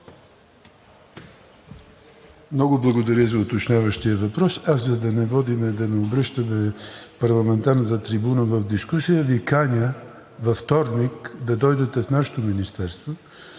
Много благодаря за уточняващия въпрос. За да не обръщаме парламентарната трибуна в дискусия, Ви каня във вторник да дойдете в нашето министерство,